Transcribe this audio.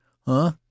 Huh